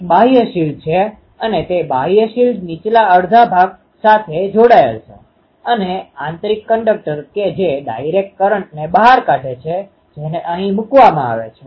એક બાહ્ય શિલ્ડ છે અને તે બાહ્ય શિલ્ડ નીચલા અડધા ભાગસાથે જોડાયેલ છે અને આંતરિક કંડક્ટર કે જે ડાઇરેક્ટdirectસીધા કંડક્ટરને બહાર કાઢે છેજેને અહીં મૂકવામાં આવે છે